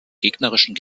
gegnerischen